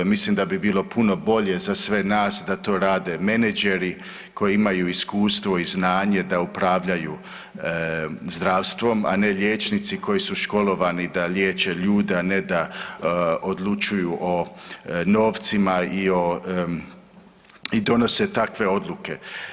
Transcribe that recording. Mislim da bi bilo puno bolje za sve nas da to rade menadžeri koji imaju iskustvo i znanje da upravljaju zdravstvom, a ne liječnici koji su školovani da liječe ljude, a ne da odlučuju o novcima i donose takve odluke.